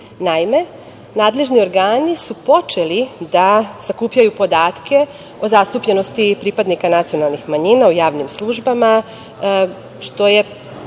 Naime, nadležni organi su počeli da sakupljaju podatke o zastupljenosti pripadnika nacionalnih manjina u javnim službama što je